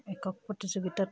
একক প্ৰতিযোগিতাত